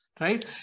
right